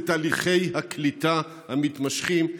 לתהליכי הקליטה המתמשכים.